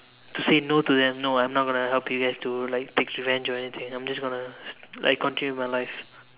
to say no to them no I'm not gonna help you you have to like take revenge or anything I'm just gonna like continue with my life